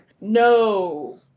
no